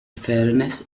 fairness